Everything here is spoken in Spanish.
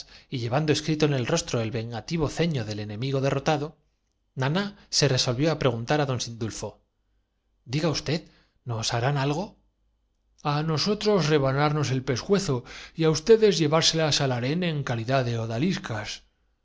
amo llevando escrito en el rostro el vengativo ceño del ene veinte profirieron todos poseídos de un terror migo derrotado naná se resolvió á preguntar á don pánico cobijándose en un rincón del laboratorio en sindulfo compacto grupo diga usted nos harán algo eran en efecto dos docenas de fugitivos del campa á nosotros rebanarnos el pescuezo y á ustedes mento de llevárselas al harem en calidad de